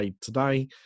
today